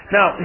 Now